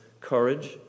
courage